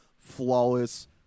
flawless